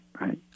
right